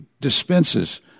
dispenses